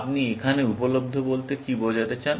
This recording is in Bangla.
আপনি এখানে উপলব্ধ বলতে কি বোঝাতে চান